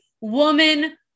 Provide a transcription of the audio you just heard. woman